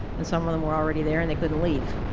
and some of them were already there, and they couldn't leave.